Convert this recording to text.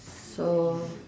so